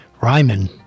Ryman